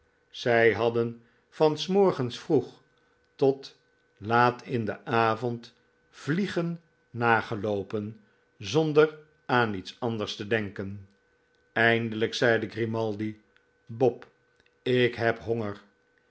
zij hadden van s morgens vroeg tot laat in den avond vliegen nageloopen zonder aan iets anders te denken eindelijk zeide grimaldi bob ik heb honger